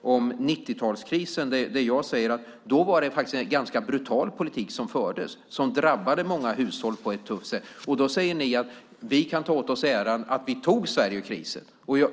om 90-talskrisen. Jag säger att då var det en ganska brutal politik som fördes som drabbade många hushåll på ett tufft sätt. Då säger ni att ni kan ta åt er äran av att ni tog Sverige ur krisen.